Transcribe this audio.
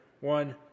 one